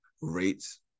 rates